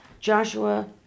Joshua